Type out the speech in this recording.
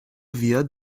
wird